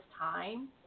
time